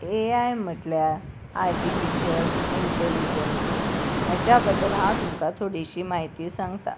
ए आय म्हटल्यार artificial intelligence हेच्या बद्दल हांव तुमकां थोडीशी म्हायती सांगता